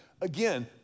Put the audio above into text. Again